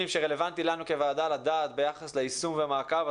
שרלוונטיים לנו כוועדה לדעת ביחס ליישום ולמעקב,